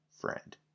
friend